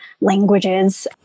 languages